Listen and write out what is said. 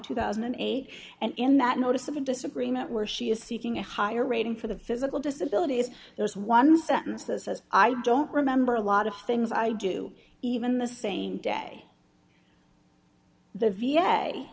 two thousand and eight and in that notice of a disagreement where she is seeking a higher rating for the physical disability there is one sentence that says i don't remember a lot of things i do even the same day the v